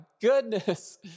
goodness